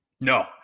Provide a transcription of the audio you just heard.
No